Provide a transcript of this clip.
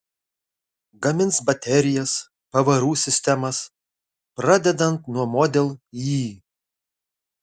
gamins baterijas pavarų sistemas pradedant nuo model y